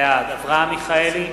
בעד אברהם מיכאלי,